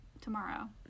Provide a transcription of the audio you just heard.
tomorrow